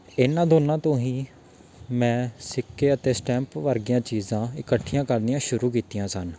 ਇਹਨਾਂ ਦੋਨਾਂ ਤੋਂ ਹੀ ਮੈਂ ਸਿੱਕੇ ਅਤੇ ਸਟੈਂਪ ਵਰਗੀਆਂ ਚੀਜ਼ਾਂ ਇਕੱਠੀਆਂ ਕਰਨੀਆਂ ਸ਼ੁਰੂ ਕੀਤੀਆਂ ਸਨ